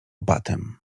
batem